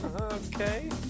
Okay